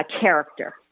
character